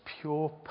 pure